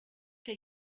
que